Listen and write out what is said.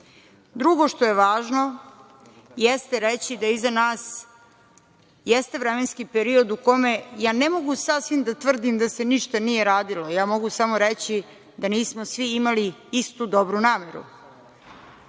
što je važno jeste reći da iza nas jeste vremenski period u kome ja ne mogu sasvim da tvrdim da se ništa nije radilo, ja mogu samo reći da nismo svi imali istu dobru nameru.